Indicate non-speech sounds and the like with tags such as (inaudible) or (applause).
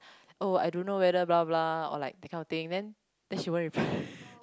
oh I don't know weather blah blah or like that kind of thing then then she won't reply (laughs)